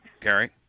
Gary